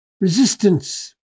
resistance